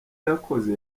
irakoze